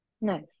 Nice